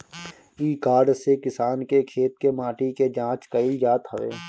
इ कार्ड से किसान के खेत के माटी के जाँच कईल जात हवे